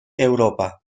europa